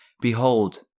Behold